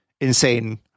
insane